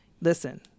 listen